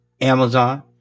Amazon